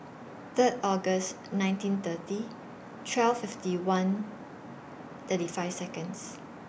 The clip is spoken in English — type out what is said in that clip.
Third August nineteen thirty twelve fifty one thirty five Seconds